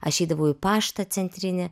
aš eidavau į paštą centrinį